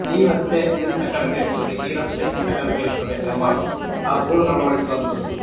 ಈ ರಸ್ತೆ ಇಂಥ ಕಡೆ ಸೇರ್ತದೆ ಈ ರಸ್ತೆ ಇಂಥ ಕಡೆ ಸೇರ್ತದೆ ಎಂಬ ಆ ಬೋರ್ಡು ಅಳವಡಿಸುವಂಥದ್ದು